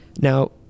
Now